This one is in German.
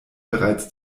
bereits